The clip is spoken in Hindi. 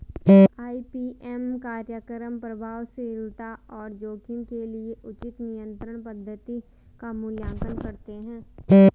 आई.पी.एम कार्यक्रम प्रभावशीलता और जोखिम के लिए उचित नियंत्रण पद्धति का मूल्यांकन करते हैं